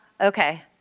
Okay